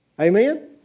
Amen